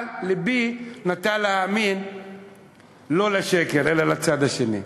אבל לבי נטה להאמין לא לשקר אלא לצד השני.